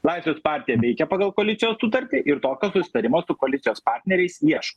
laisvės partija veikia pagal koalicijos sutartį ir tokio susitarimo su koalicijos partneriais ieško